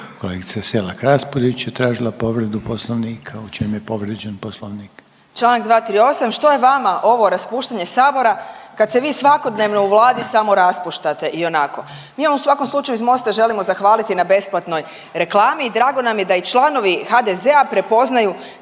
Kolegica Selak Raspudić je tražila povredu Poslovnika. U čem je povrijeđen Poslovnik? **Selak Raspudić, Marija (Nezavisni)** Članak 238., što je vama ovo raspuštanje sabora kad se vi svakodnevno u Vladi samo raspuštate ionako. Mi vam u svakom slučaju iz MOST-a želimo zahvaliti na besplatnoj reklami i drago nam je da i članovi HDZ-a prepoznaju